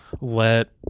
let